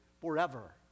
forever